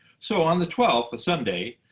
so on the twelfth, a sunday,